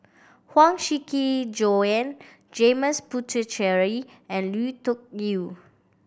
Huang Shiqi Joan James Puthucheary and Lui Tuck Yew